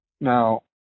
now